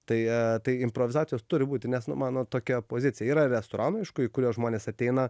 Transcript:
tai tai improvizacijos turi būti nes nu mano tokia pozicija yra restoranų aišku į kuriuos žmonės ateina